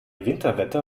winterwetter